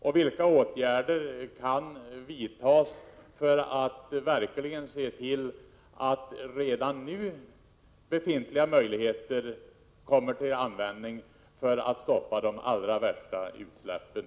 Och vilka åtgärder kan vidtas för att befintliga möjligheter tillvaratas för att stoppa de allra värsta utsläppen?